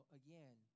again